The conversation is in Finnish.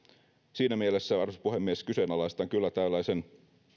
siinä mielessä arvoisa puhemies kyseenalaistan kyllä tällaisen